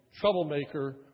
troublemaker